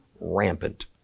rampant